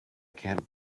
can’t